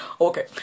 Okay